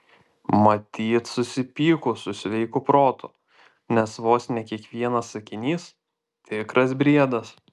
matyt susipykus su sveiku protu nes vos ne kiekvienas sakinys tikras briedas